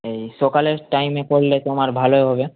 এই সকালের টাইমে করলে তোমার ভালো হবে